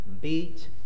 beat